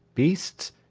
beasts,